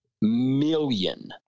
million